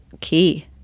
key